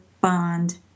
bond